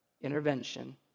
intervention